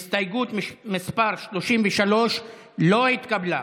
הסתייגות מס' 33 לא התקבלה.